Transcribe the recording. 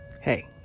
hey